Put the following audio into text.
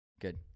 Good